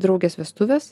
draugės vestuvės